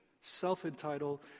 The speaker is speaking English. self-entitled